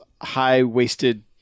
high-waisted